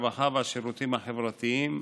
הרווחה והשירותים החברתיים,